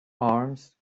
arms